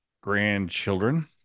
grandchildren